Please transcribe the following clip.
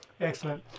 Excellent